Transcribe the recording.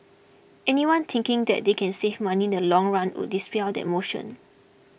anyone thinking that they can save money the long run would dispel that motion